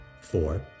Four